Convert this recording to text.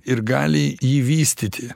ir gali jį vystyti